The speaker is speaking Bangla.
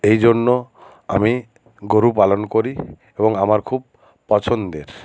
এই জন্য আমি গরু পালন করি এবং আমার খুব পছন্দের